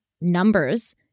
numbers